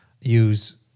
use